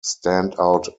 standout